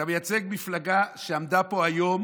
אתה מייצג מפלגה שעמדה פה היום